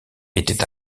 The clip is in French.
était